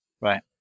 Right